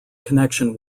connection